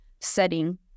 setting